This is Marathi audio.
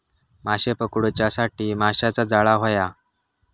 माशे पकडूच्यासाठी माशाचा जाळां होया